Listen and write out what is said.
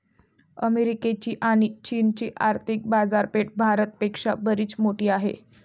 अमेरिकेची आणी चीनची आर्थिक बाजारपेठा भारत पेक्षा बरीच मोठी आहेत